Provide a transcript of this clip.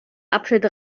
abschnitt